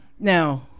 Now